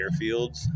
airfields